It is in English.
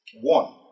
one